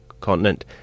continent